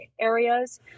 areas